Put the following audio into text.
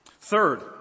Third